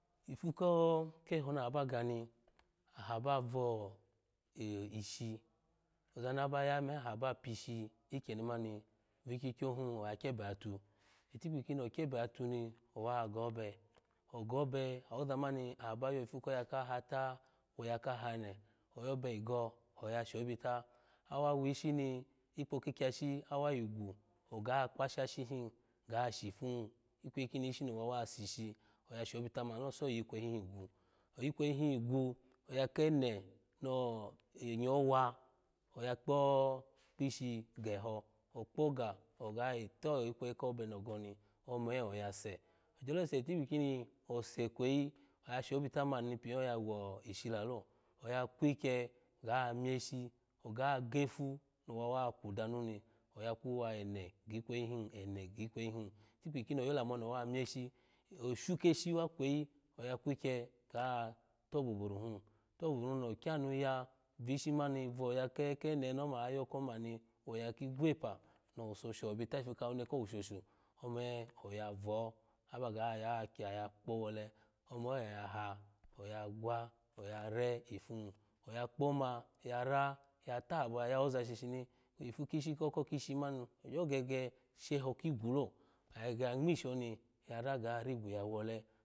Ifu ko keho naha ba gani aha ba voe ishi ozani abaya me aha ba pyi ishi ikyeni mani ni kyikyo hun akyebe yatu itikpi kiini akyebe tuni owa gobe ogbe awozamani aha bayo ifu koya kkahata wo oya kahane oyabe yigo oya shobita awa wishini ikpo kakyashi awa yi gwu oga kpashashi hin ga shifuhun kweyi kini ishi nowa wa sishi oya shobita manilo so yikweyi hin yi gwu oyi kweyi hin yi gwu oya kene no inyo wa oya kpo kpishi geho okpo ga ogayito ikweyi kobe no goni ome oya se ogyole se itikpi kini se kweyi ashobita mani pyo yawo ishi lalo oga kwikye ga myeshi oga gefu no wawa ku dnu ni oya kuwa ene gikweyi hn ene gikwe yi hin itikpi kino yolamu oni owa myeshi oshu keshi wa kweyi oya kukye ga tobuburu hun tobura hun no kyanu ya vishi mani vo oya kene oni oma oya yoko hin mani woya kikwe pa no wuso shobita ifu kawine kowu shoshu ome oya vo baga ya kya wole ome oya ha oya gwa oya re ifu hun oya kpo ma ya ra oya tabo ya yawoza shishini ifu kishi ko oko kishi mani ogyo gege sheho ki gwu lo oga gege ga ngmi ishi oni gara ga rigu ya wole.